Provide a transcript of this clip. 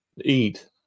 eat